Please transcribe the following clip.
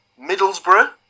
Middlesbrough